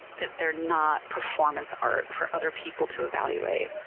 that they're not performance art for other people to evaluate.